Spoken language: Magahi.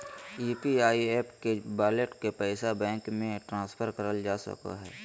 यू.पी.आई एप के वॉलेट के पैसा बैंक मे ट्रांसफर करल जा सको हय